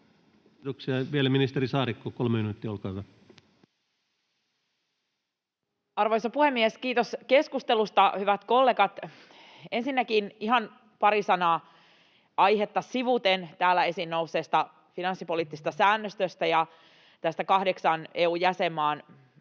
voimaansaattamiseksi Time: 20:23 Content: Arvoisa puhemies! Kiitos keskustelusta, hyvät kollegat. Ensinnäkin ihan pari sanaa aihetta sivuten täällä esiin nousseesta finanssipoliittisesta säännöstöstä ja tästä kahdeksan EU-jäsenmaan julki lausumasta